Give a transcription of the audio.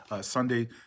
Sunday